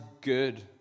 good